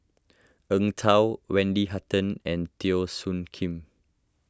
Eng Tow Wendy Hutton and Teo Soon Kim